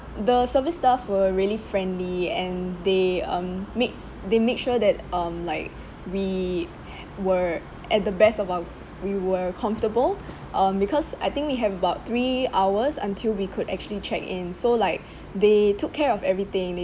the service staff were really friendly and they um make they make sure that um like we were at the best of our we were comfortable um because I think we have about three hours until we could actually check in so like they took care of everything they